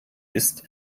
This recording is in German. ist